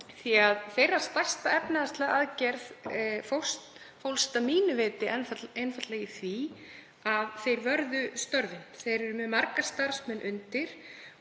að þeirra stærsta efnahagslega aðgerð fólst að mínu viti einfaldlega í því að þeir vörðu störfin. Þeir eru með marga starfsmenn undir